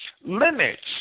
limits